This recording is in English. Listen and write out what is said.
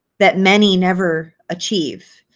that many never achieve.